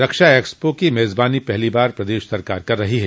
रक्षा expo की मेजबानी पहली बार प्रदश सरकार कर रही है